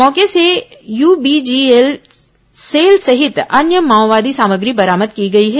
मौके से UBGL shell सहित अन्य माओवादी सामग्री बरामद की गई है